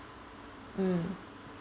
mm